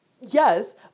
Yes